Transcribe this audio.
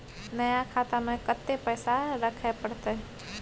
नया खाता में कत्ते पैसा रखे परतै?